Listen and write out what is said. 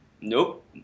Nope